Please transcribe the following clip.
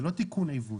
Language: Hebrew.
זה לא תיקון עיוות.